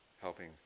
helping